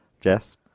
Jess